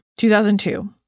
2002